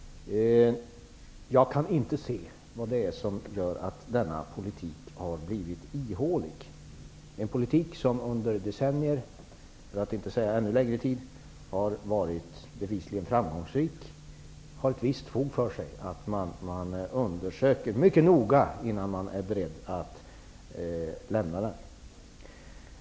Jag kan inte se vad det är som gör att denna politik har blivit ihålig. En politik som under decennier, för att inte säga under en ännu längre tid, bevisligen har varit framgångsrik ger ett visst fog för att man mycket noga gör undersökningar innan man är beredd att lämna den.